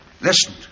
Listen